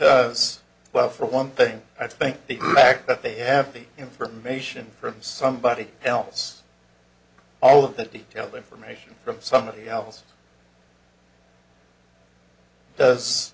because well for one thing i think the fact that they have the information from somebody else all of that detailed information from somebody else does